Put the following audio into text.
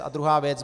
A druhá věc.